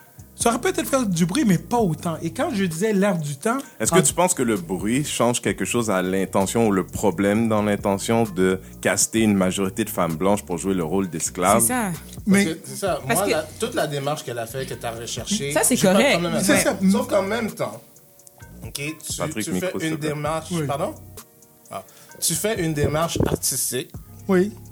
Ça aurait peut-être fait du bruit, mais pas autant. Et quand je disais l'air du temps, Est-ce que en- tu penses que le bruit change quelque chose à l'intention ou le problème dans l'intention de caster une majorité de femmes blanches pour jouer le rôle d'esclaves? C'est ça. Mais- Parce que- c'est ça. Parce Moi, que- la- toute la démarche qu'elle a fait, que t'as recherchée, Ça, c'est j'ai pas de correct. problème avec ça. C'est Ouais. ça. Sauf qu'en même temps, ok, tu- Patrick, tu fais micro, s'il te une plaît. démarche- Oui. Pardon? Ah. Tu fais une démarche artistique. Oui.